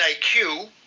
IQ